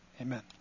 Amen